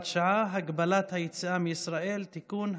שעה) (הגבלת היציאה מישראל) (תיקון),